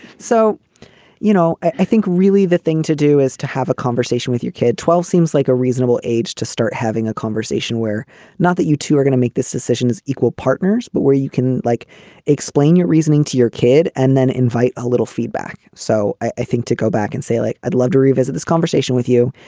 so you know, i think really the thing to do is to have a conversation with your kid. twelve seems like a reasonable age to start having a conversation where not that you two are gonna make this decision as equal partners but where you can like explain your reasoning to your kid and then invite a little feedback. so i think to go back and say, like, i'd love to revisit this conversation with you.